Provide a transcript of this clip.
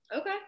okay